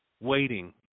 waiting